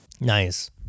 Nice